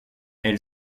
elle